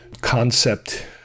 concept